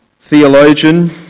theologian